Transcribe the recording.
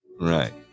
Right